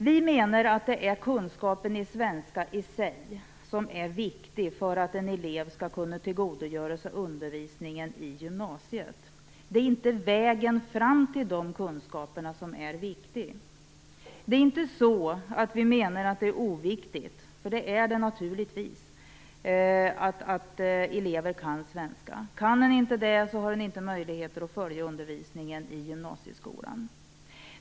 Vi menar att det är kunskapen i svenska i sig som är viktig för att en elev skall kunna tillgodogöra sig undervisningen i gymnasiet. Det är inte vägen fram till de kunskaperna som är viktig. Det är inte så att vi menar att det är oviktigt att elever kan svenska. Det är naturligtvis viktigt. Kan de inte det har de inte möjligheter att följa undervisningen i gymnasieskolan.